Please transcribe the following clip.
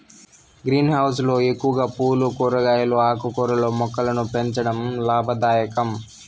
green house లో ఎక్కువగా పూలు, కూరగాయలు, ఆకుకూరల మొక్కలను పెంచడం లాభదాయకం